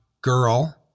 girl